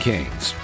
Kings